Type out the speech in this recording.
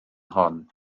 hon